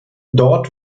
dort